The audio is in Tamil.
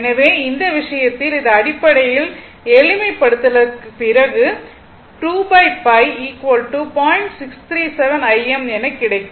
எனவே இந்த விஷயத்தில் இது அடிப்படையில் எளிமை படுத்தலுக்கு பிறகு என கிடைக்கும்